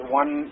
one